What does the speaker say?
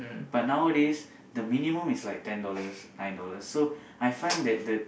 but nowadays the minimum is like ten dollars nine dollars so I find that the